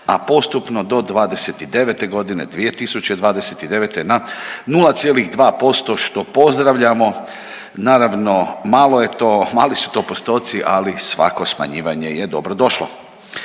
dvadeset i devete godine, 2029. na 0,2% što pozdravljamo. Naravno malo je to, mali su to postotci ali svako smanjivanje je dobro došlo.